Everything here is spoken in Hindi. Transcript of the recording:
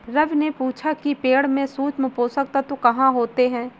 रवि ने पूछा कि पेड़ में सूक्ष्म पोषक तत्व कहाँ होते हैं?